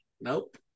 Nope